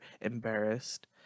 embarrassed